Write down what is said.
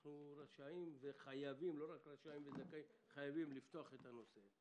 אנחנו רשאים וחייבים לפתוח את הנושא,